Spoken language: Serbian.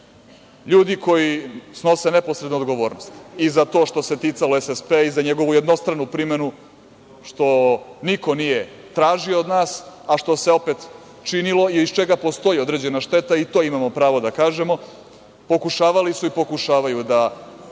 LJudi koji snose neposrednu odgovornost i za to što se ticalo SSP-a i za njegovu jednostranu primenu, što niko nije tražio, a što se opet činilo i iz čega postoji određena šteta, to imamo pravo da kažemo, pokušavali su i pokušavaju sve nevolje